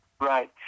Right